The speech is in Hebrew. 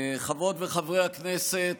חברות וחברי הכנסת,